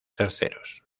terceros